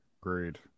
great